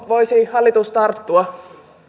voisi hallitus tarttua